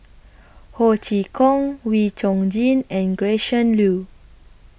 Ho Chee Kong Wee Chong Jin and Gretchen Liu